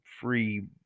free